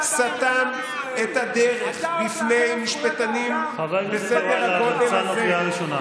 אתה הולך להחריב את זכויות האדם